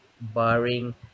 barring